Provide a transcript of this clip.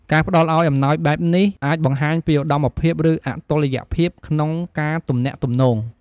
ការផ្តល់ឱ្យអំណោយបែបនេះអាចបង្ហាញពីឧត្តមភាព ឬអតុល្យភាពក្នុងការទំនាក់ទំនង។